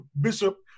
Bishop